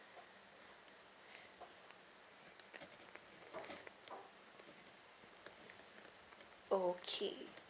oh okay